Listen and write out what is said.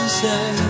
say